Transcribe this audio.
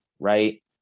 right